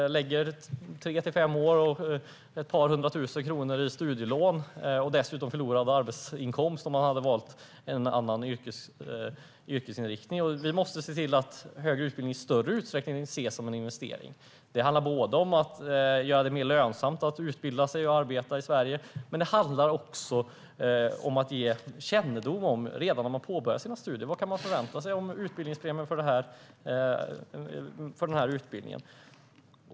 Man lägger tre till fem år, får ett par hundra tusen kronor i studielån och drabbas dessutom av förlorad arbetsinkomst jämfört med om man hade valt en annan yrkesinriktning. Vi måste se till att högre utbildning i större utsträckning ses som en investering. Det handlar om att göra det mer lönsamt att utbilda sig och arbeta i Sverige, men det handlar också om att redan när man påbörjar sina studier kunna få kännedom om vad man kan förvänta sig för utbildningspremie för just den utbildningen.